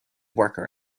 worker